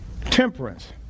temperance